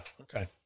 Okay